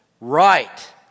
right